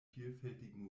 vielfältigen